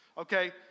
Okay